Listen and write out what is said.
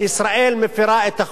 ישראל מפירה את החוק.